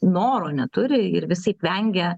noro neturi ir visaip vengia